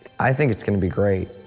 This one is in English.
i think it's going to be great.